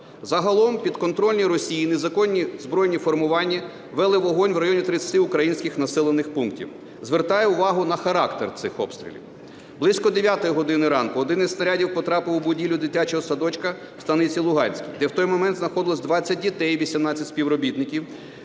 Загалом підконтрольні Росії незаконні збройні формування вели вогонь в районі 30 українських населених пунктів. Звертаю увагу на характер цих обстрілів. Близько 9 години ранку один із снарядів потрапив у будівлю дитячого садочка в Станиці Луганській, де в той момент знаходилось 20 дітей, 18 співробітників.